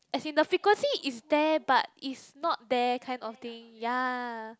as in the frequency is there but is not there kind of thing yea